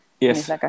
Yes